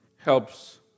Helps